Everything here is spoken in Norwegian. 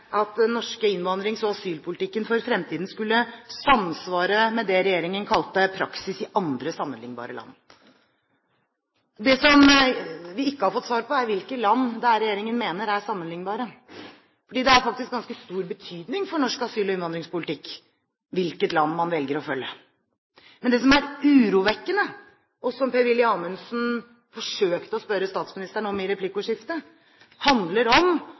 at den norske innvandrings- og asylpolitikken for fremtiden skulle samsvare med det regjeringen kalte «praksis i andre sammenlignbare land». Det som vi ikke har fått svar på, er hvilke land regjeringen mener er sammenlignbare. Det har faktisk ganske stor betydning for norsk asyl- og innvandringspolitikk hvilket land man velger å følge. Men det som er urovekkende – og som Per-Willy Amundsen forsøkte å spørre statsministeren om i